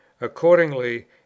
Accordingly